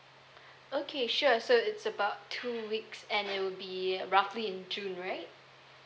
okay sure so it's about two weeks and it will be roughly in june right